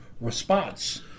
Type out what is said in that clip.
response